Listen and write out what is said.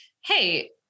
hey